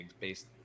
based